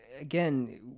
again